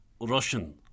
Russian